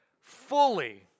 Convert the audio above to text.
fully